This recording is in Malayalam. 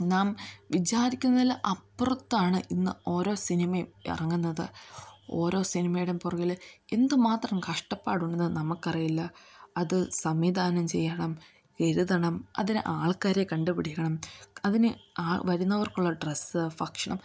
നാം വിചാരിക്കുന്നതിലും അപ്പുറത്താണ് ഇന്ന് ഓരോ സിനിമയും ഇറങ്ങുന്നത് ഓരോ സിനിമയുടെയും പുറകിൽ എന്തുമാത്രം കഷ്ടപ്പാടുണ്ടെന്ന് നമുക്കറിയില്ല അത് സംവിധാനം ചെയ്യണം എഴുതണം അതിന് ആൾക്കാരെ കണ്ടുപിടിക്കണം അതിന് ആ വരുന്നവർക്കുള്ള ഡ്രസ്സ് ഭക്ഷണം